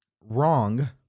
wrong